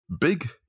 big